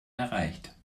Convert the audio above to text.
erreicht